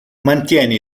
mantiene